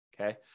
Okay